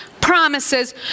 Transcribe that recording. promises